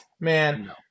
man